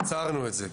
עצרנו את זה.